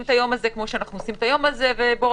את היום הזה כמו שאנחנו עושים את היום הזה וניתן